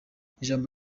ijambo